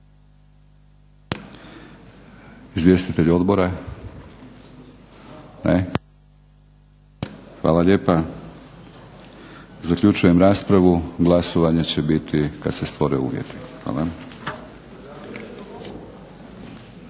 izvjestitelji odbora? Ne. Hvala lijepa. Zaključujem raspravu. Glasovanje će biti kada se stvore uvjeti.